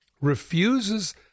refuses